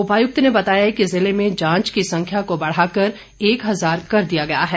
उपायुक्त ने बताया कि जिले में जांच की संख्या को बढ़ाकर एक हजार कर दिया गया है